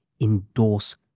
endorse